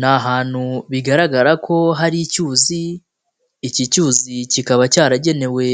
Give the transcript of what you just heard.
Ni ahantu bigaragara ko hari icyuzi, iki cyuzi kikaba cyaragenewe